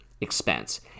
expense